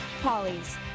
Polly's